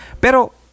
pero